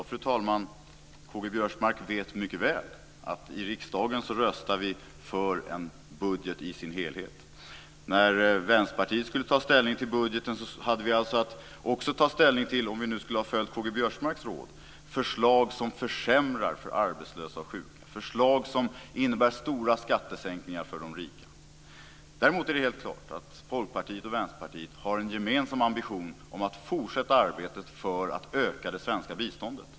Fru talman! K-G Biörsmark vet mycket väl att vi i riksdagen röstar för en budget i dess helhet. När Vänsterpartiet skulle ta ställning till budgeten skulle vi alltså också, om vi nu hade följt K-G Biörsmarks råd, haft att ta ställning till förslag som försämrar för arbetslösa och sjuka och som innebär stora skattesänkningar för de rika. Däremot är det helt klart att Folkpartiet och Vänsterpartiet har en gemensam ambition att fortsätta arbetet för att öka det svenska biståndet.